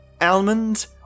almonds